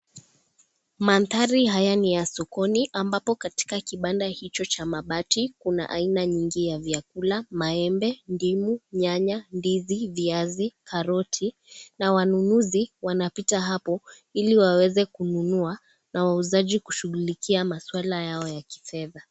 Mandhari haya ni ya sokoni ambapo katika kibanda hicho cha mabati kuna aina nyingi ya vyakula, maembe, ndimu, nyanya, ndizi, viazi, karoti na wanunuzi wanapita hapo ili waweze kununua na wauzaji kushughulikia maswala yao ya kifedha.